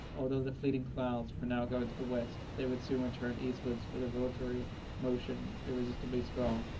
although the fleeting clouds were now going to the west, they would soon return eastwards with a rotatory motion irresistibly strong.